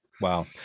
Wow